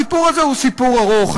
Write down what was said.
הסיפור הזה הוא סיפור ארוך,